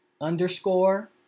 underscore